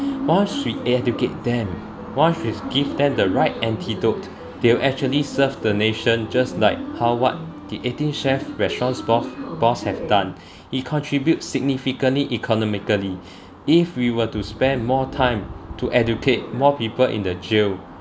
once we educate them one's with give them the right antidote they'll actually serve the nation just like how what the eighteen chefs restaurants boss boss have done he contribute significantly economically if we were to spend more time to educate more people in the jail